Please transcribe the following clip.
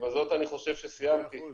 בזאת אני חושב שסיימתי.